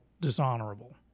dishonorable